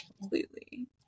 completely